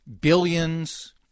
Billions